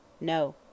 No